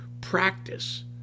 practice